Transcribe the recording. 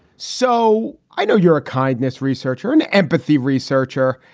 so i know you're a kindness researcher and empathy researcher,